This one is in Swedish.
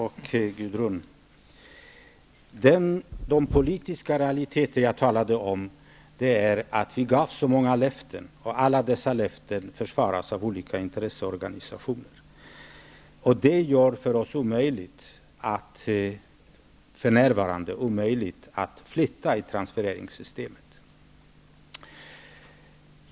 Fru talman! De politiska realiteter jag talade om är de löften vi har givit. Alla dessa löften försvaras av olika intresseorganisationer. Detta gör det för närvarande omöjligt att flytta om i transfereringssystemet.